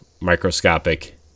microscopic